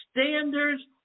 standards